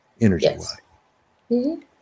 energy-wise